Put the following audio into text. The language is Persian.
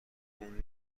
اون